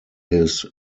his